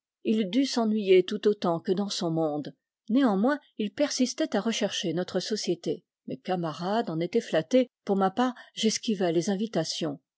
il dut s'ennuyer tout autant que dans son monde néanmoins il persistait à rechercher notre société mes camarades en étaient flattés pour ma part j'esquivais les invitations